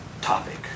topic